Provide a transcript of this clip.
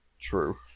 True